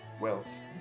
wealth